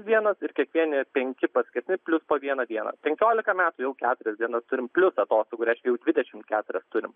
vienas ir kiekvieni penki paskesni po vieną dieną penkiolika metų jau keturias dienas turim plius atostogų reiškia jau dvidešimt keturias turim